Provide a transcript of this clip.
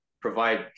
provide